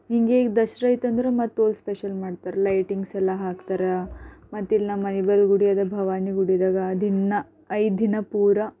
ಹೀಗೆ ದಸರಾಯ್ತಂದ್ರೆ ಮತ್ತೂ ಸ್ಪೆಷಲ್ ಮಾಡ್ತಾರೆ ಲೈಟಿಂಗ್ಸ್ ಎಲ್ಲ ಹಾಕ್ತಾರೆ ಮತ್ತೆ ಇಲ್ಲಿ ನಮ್ಮ ಇದರ ಗುಡಿ ಇದೆ ಭವಾನಿ ಗುಡಿದಾಗ ದಿನಾ ಐದು ದಿನ ಪೂರ